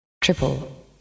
Triple